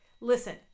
listen